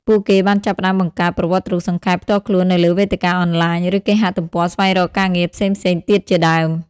ពួកគេបានចាប់ផ្តើមបង្កើត ប្រវត្តិរូបសង្ខេប ផ្ទាល់ខ្លួននៅលើវេទិកាអនឡាញ ឬគេហទំព័រស្វែងរកការងារផ្សេងៗទៀតជាដើម។